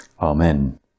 Amen